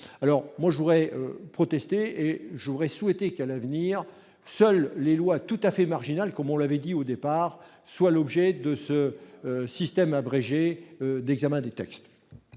alors moi je voudrais et j'aurais souhaité qu'à l'avenir, seuls les lois tout à fait marginal, comme on l'avait dit au départ : soit l'objet de ce système abrégé d'examen des taxes.